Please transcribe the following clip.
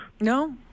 No